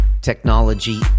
technology